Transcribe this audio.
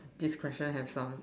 this question has some